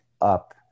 up